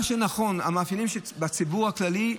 מה שנכון הוא שהמאפיינים בציבור הכללי,